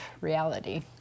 reality